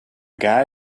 guy